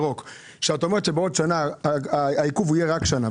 כשאת אומרת שהעיכוב יהיה רק שנה,